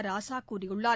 ராசா கூறியுள்ளார்